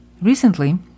Recently